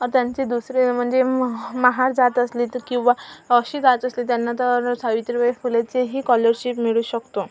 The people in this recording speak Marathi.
त्यांची दुसरे म्हणजे म माहार जात असली तर किंवा अशी जात असली त्यांना तर सावित्रीबाई फुलेचीही कॉलरशिप मिळू शकतो